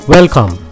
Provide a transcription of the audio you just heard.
Welcome